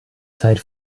zeit